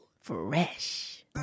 fresh